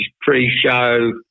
pre-show